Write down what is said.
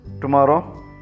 tomorrow